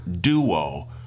duo